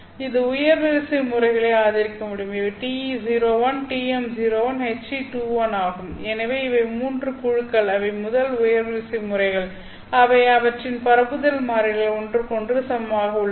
இது உயர் வரிசை முறைகளை ஆதரிக்க முடியும் இவை TE01 TM01 HE21 ஆகும் எனவே இவை மூன்று குழுக்கள் அவை முதல் உயர் வரிசை முறைகள் அவை அவற்றின் பரப்புதல் மாறிலிகள் ஒன்றுக்கொன்று சமமாக உள்ளன